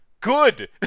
good